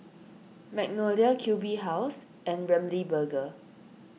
Magnolia Q B House and Ramly Burger